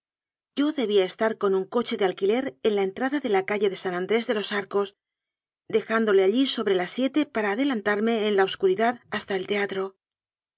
yo debía estar con un coche de alquiler en la entrada de la calle de san andrés de los arcos dejándole allí sobre las siete para adelantarme en la obscuridad hasta el teatro